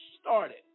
started